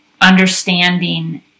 understanding